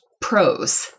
pros